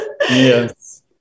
yes